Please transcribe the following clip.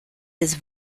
his